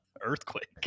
Earthquake